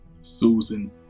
Susan